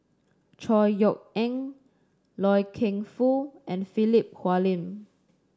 Chor Yeok Eng Loy Keng Foo and Philip Hoalim